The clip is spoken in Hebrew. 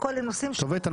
הכול אלו נושאים --- איתן,